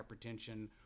hypertension